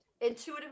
Intuitive